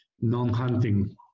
non-hunting